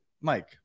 Mike